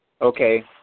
okay